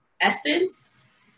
essence